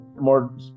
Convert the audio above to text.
More